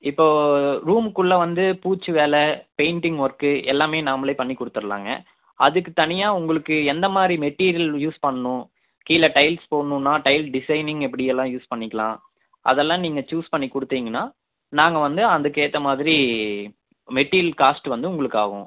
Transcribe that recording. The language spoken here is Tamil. இப்போ ரூம்குள்ளே வந்து பூச்சு வேலை பெயின்டிங் ஒர்க்கு எல்லாமே நாம்மளே பண்ணி கொடுத்துருலாங்க அதுக்கு தனியாக உங்களுக்கு எந்த மாதிரி மெட்டீரியல் யூஸ் பண்ணனும் கீழே டைல்ஸ் போடணும்ன்னா டைல் டிசைனிங் எப்படியெல்லாம் யூஸ் பண்ணிக்கலாம் அதல்லாம் நீங்கள் சூஸ் பண்ணி கொடுத்தீங்கன்னா நாங்கள் வந்து அதுக்கேற்ற மாதிரி மெட்டீரியல் காஸ்ட் வந்து உங்களுக்கு ஆகும்